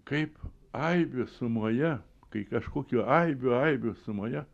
kaip aibė sumoje kai kažkokių aibių aibių sumoje